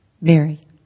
Mary